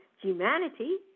humanity